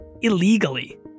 illegally